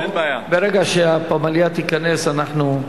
ברגע שהפמליה תיכנס אנחנו,